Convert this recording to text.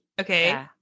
Okay